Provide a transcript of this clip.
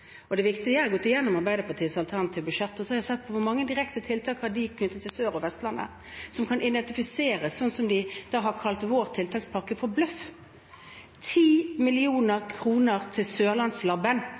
Det viktige er at jeg har gått gjennom Arbeiderpartiets alternative budsjett, og så har jeg sett på hvor mange tiltak direkte knyttet til Sør- og Vestlandet de har som kan identifiseres – de som da har kalt vår tiltakspakke for bløff.